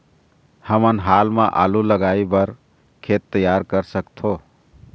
हमन हाल मा आलू लगाइ बर खेत तियार कर सकथों?